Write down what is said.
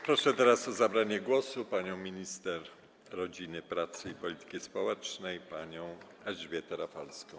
Proszę teraz o zabranie głosu minister rodziny, pracy i polityki społecznej panią Elżbietę Rafalską.